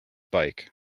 bike